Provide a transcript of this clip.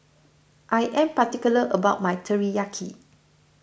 I am particular about my Teriyaki